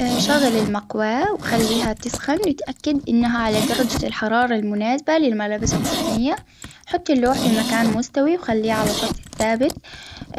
اه شغل المكواة وخليها تسخن نتأكد أنها على درجة الحرارة المناسبة للملابس القطنية، حطي اللوح في مكان مستوي وخليه على سطح ثابت،